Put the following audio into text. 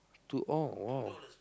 to all